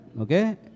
Okay